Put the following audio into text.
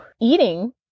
eating